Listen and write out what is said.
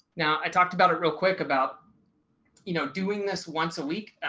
now i talked about it real quick about you know, doing this once a week.